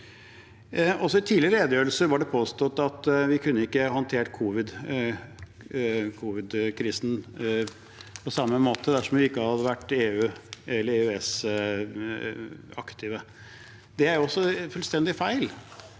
i tidligere redegjørelser er det påstått at vi ikke kunne håndtert covidkrisen på samme måte dersom vi ikke hadde vært EU- eller EØS-aktive. Det er også fullstendig feil.